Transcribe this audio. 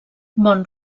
bon